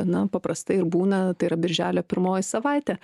na paprastai ir būna tai yra birželio pirmoji savaitė